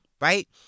Right